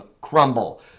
crumble